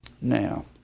Now